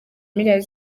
miliyari